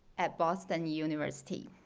at boston university,